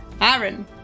Aaron